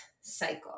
cycle